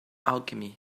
alchemy